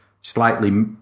slightly